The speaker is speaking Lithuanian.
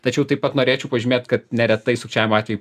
tačiau taip pat norėčiau pažymėt kad neretai sukčiavimo atvejai